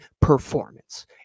performance